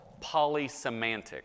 polysemantic